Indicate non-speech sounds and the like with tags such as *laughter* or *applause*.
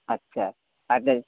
আচ্ছা *unintelligible*